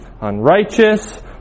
unrighteous